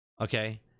Okay